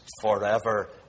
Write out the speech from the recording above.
forever